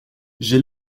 j’ai